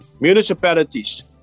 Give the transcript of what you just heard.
municipalities